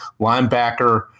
linebacker